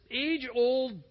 age-old